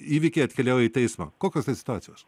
įvykiai atkeliauja į teismą kokios tai situacijos